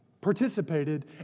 participated